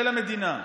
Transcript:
של המדינה.